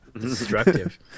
destructive